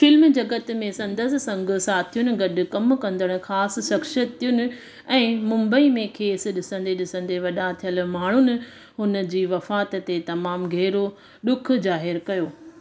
film जॻत में संदसि संगी साथियुनि गॾु कमु कंदड़ ख़ासि शख़्सियतुनि ऐं मुंबई में खेसि ॾिसंदे ॾिसंदे वॾा थियल माण्हुनि हुनजी वफ़ात ते तमाम गहिरो ॾुखु ज़ाहिरु कयो